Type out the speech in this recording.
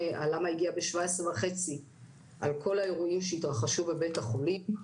השבוע הזה עם כל האירועים החשובים שיש בו.